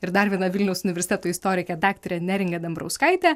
ir dar viena vilniaus universiteto istorike daktare neringa dambrauskaite